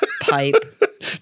pipe